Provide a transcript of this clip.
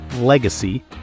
legacy